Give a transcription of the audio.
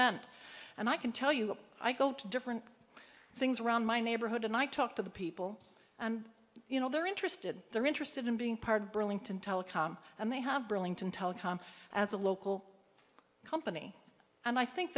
north end and i can tell you i go to different things around my neighborhood and i talk to the people and you know they're interested they're interested in being part of burlington telecom and they have burlington telecom as a local company and i think